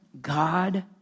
God